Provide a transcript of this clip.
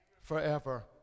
forever